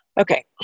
Okay